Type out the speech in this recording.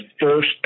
first